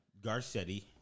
Garcetti